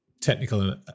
technical